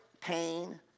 pain